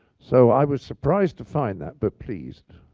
so i was surprised to find that, but pleased.